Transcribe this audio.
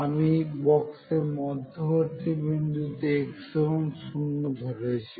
আমি বক্সের মধ্যবর্তী বিন্দুতে x0 ধরেছি